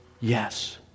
yes